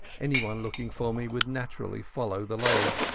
anyone looking for me would naturally follow the lade,